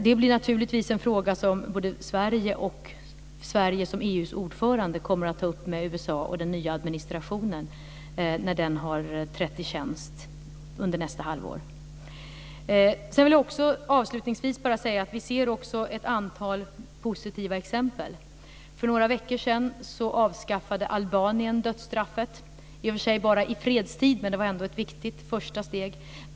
Det blir naturligtvis en fråga som både Sverige och Sverige som EU:s ordförande kommer att ta upp med USA och den nya administrationen, när den har trätt i tjänst under nästa halvår. Avslutningsvis vill jag bara säga att vi också ser ett antal positiva exempel. För några veckor sedan avskaffade Albanien dödsstraffet, i och för sig bara i fredstid, men det var ändå ett viktigt första steg.